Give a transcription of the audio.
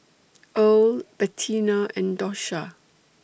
Earle Bettina and Dosha